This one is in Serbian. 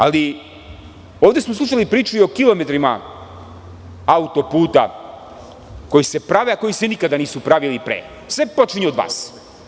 Ali, ovde smo slušali priču i o kilometrima autoputa koji se prave, a koji se nikada nisu pravili pre, sve počinje od vas.